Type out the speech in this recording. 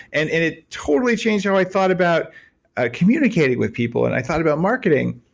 and and it totally changed how i thought about ah communicating with people and i thought about marketing.